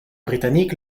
britannique